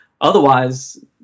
otherwise